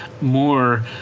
more